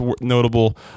notable